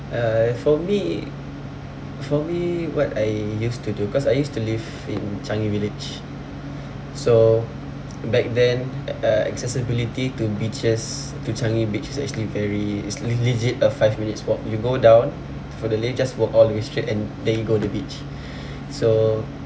uh for me for me what I used to do cause I used to live in changi village so back then uh accessibility to beaches to changi beach is actually very it's legit a five minutes walk you go down for the lane just walk all the way straight and there you go the beach so